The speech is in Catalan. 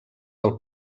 del